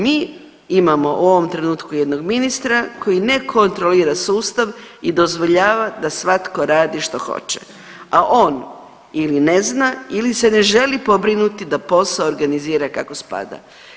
Mi imamo u ovom trenutku jednog ministra koji ne kontrolira sustav i dozvoljava da svatko radi što hoće, a on ili ne zna ili se ne želi pobrinuti da posao organizira kako spada.